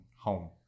home